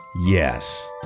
Yes